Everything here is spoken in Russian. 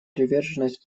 приверженность